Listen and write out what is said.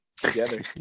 together